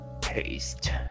Taste